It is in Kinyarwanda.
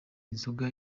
inzoga